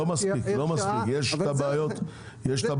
לא מספיק, יש את הבעיות הנוספות.